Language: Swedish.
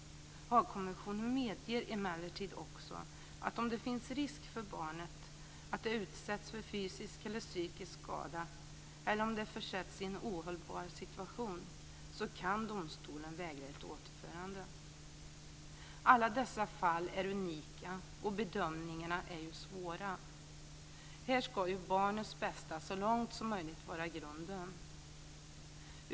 Haagkonventionen medger emellertid också att om det finns risk för att barnet utsätts för fysisk eller psykisk skada eller om det försätts i en ohållbar situationen kan domstolen vägra ett återförande. Alla dessa fall är unika, och bedömningarna är svåra. Här ska barnets bästa så långt som möjligt vara grunden.